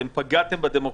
אתם פגעתם בדמוקרטיה.